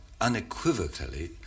unequivocally